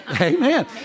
Amen